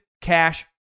cash